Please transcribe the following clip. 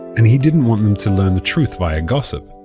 and he didn't want them to learn the truth via gossip.